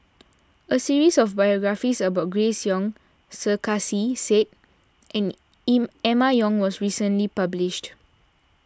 a series of biographies about Grace Young Sarkasi Said and Emma Yong was recently published